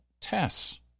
tests